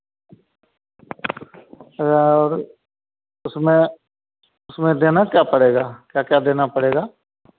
या और उसमें उसमें देना क्या पड़ेगा क्या क्या देना पड़ेगा